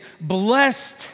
blessed